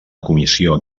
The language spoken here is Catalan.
comissió